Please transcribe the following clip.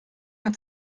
hat